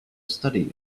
study